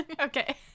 Okay